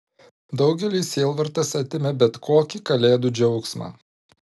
daugeliui sielvartas atėmė bet kokį kalėdų džiaugsmą